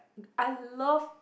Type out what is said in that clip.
I love